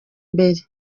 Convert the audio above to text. imbere